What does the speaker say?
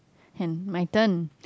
and my turn